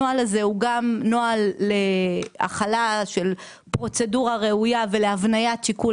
הנוהל הזה הוא גם נוהל להחלה של פרוצדורה ראויה ולהבניית שיקול